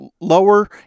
lower